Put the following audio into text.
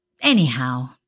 anyhow